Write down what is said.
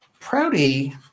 Proudy